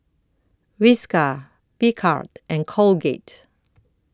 Whiskas Picard and Colgate